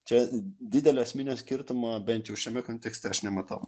čia didelio esminio skirtumo bent jau šiame kontekste aš nematau